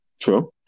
True